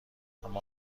اما